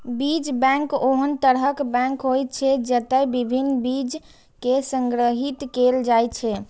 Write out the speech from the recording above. बीज बैंक ओहन तरहक बैंक होइ छै, जतय विभिन्न बीज कें संग्रहीत कैल जाइ छै